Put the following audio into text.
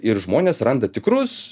ir žmonės randa tikrus